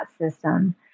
system